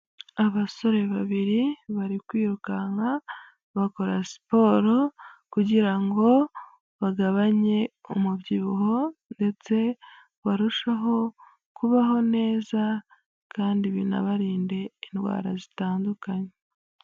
Abasore babiri bari kwirukanka bakora siporo, kugira ngo bagabanye umubyibuho, ndetse barusheho kubaho neza kandi binabarinde indwara zitandukanye.